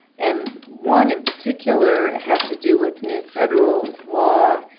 and one in particular has to do with new federal law